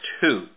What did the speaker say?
two